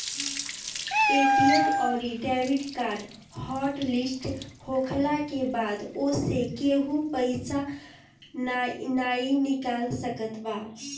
ATM अउरी debit card hot list होखला के बाद ओसे केहू पईसा नाइ निकाल सकत बाटे